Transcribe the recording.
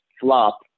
flop